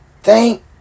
Thank